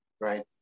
right